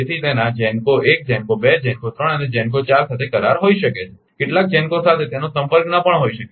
તેથી તેના GENCO 1 GENCO 2 GENCO 3 અને GENCO 4 સાથે કરાર હોઈ શકે છે કેટલાક GENCOs સાથે તેનો સંપર્ક ન પણ હોઇ શકે